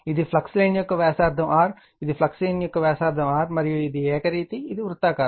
ఇది flux line యొక్క వ్యాసార్థం r ఇది ఫ్లక్స్ లైన్ యొక్క వ్యాసార్థం r మరియు ఇది ఏకరీతి ఇది వృత్తాకారం